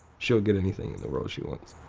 she'll get anything in the world she wants.